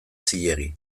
zilegi